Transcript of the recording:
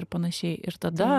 ir panašiai ir tada